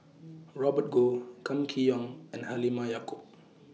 Robert Goh Kam Kee Yong and Halimah Yacob